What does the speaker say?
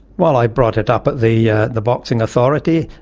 well, i brought it up at the the boxing authority,